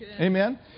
Amen